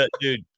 dude